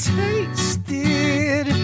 tasted